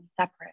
separate